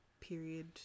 period